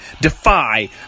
Defy